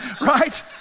right